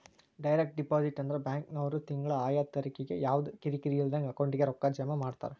direct deposit ಅಂದ್ರ ಬ್ಯಾಂಕಿನ್ವ್ರು ತಿಂಗ್ಳಾ ಆಯಾ ತಾರಿಕಿಗೆ ಯವ್ದಾ ಕಿರಿಕಿರಿ ಇಲ್ದಂಗ ಅಕೌಂಟಿಗೆ ರೊಕ್ಕಾ ಜಮಾ ಮಾಡ್ತಾರ